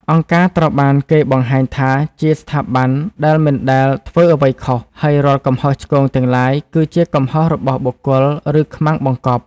អង្គការត្រូវបានគេបង្ហាញថាជាស្ថាប័នដែលមិនដែលធ្វើអ្វីខុស ហើយរាល់កំហុសឆ្គងទាំងឡាយគឺជាកំហុសរបស់បុគ្គល ឬខ្មាំងបង្កប់។